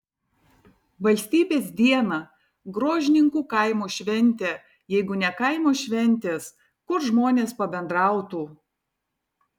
valstybės dieną gruožninkų kaimo šventė jeigu ne kaimo šventės kur žmonės pabendrautų